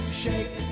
shake